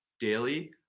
daily